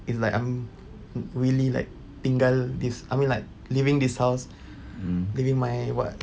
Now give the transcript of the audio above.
it's like I'm really like tinggal this I mean like leaving this house leaving my what